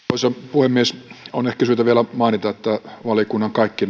puhemies on ehkä syytä vielä mainita että kaikki